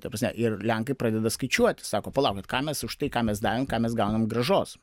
ta prasme ir lenkai pradeda skaičiuoti sako palaukit ką mes už tai ką mes davėm ką mes gaunam grąžos